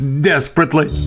Desperately